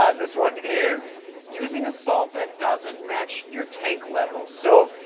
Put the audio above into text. um this one is using a salt that doesn't match your tank levels. so,